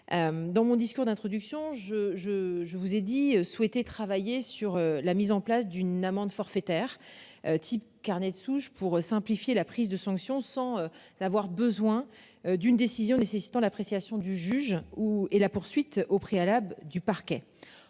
Dans mon discours d'introduction, je je je vous ai dit souhaiter travailler sur la mise en place d'une amende forfaitaire. Type carnet de souche pour simplifier la prise de sanctions sans avoir besoin d'une décision nécessitant l'appréciation du juge. Où est la poursuite au préalable du parquet.